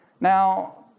Now